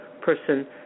person